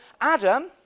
Adam